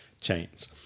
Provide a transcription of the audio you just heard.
chains